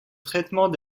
traitement